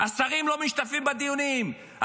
השרים לא משתתפים בדיונים,